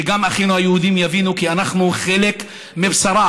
שגם אחינו היהודים יבינו שאנחנו חלק מבשרה